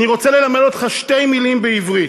אני רוצה ללמד אותך שתי מילים בעברית.